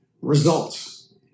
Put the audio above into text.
results